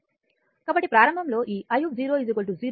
కాబట్టి ప్రారంభంలో ఈ i 0 అంటే i i0 సరైనది